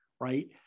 right